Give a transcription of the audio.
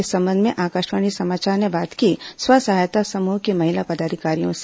इस संबंध में आकाशवाणी समाचार ने बातचीत की स्व सहायता समूह की महिला पदाधिकारियों से